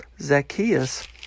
Zacchaeus